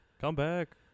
Comeback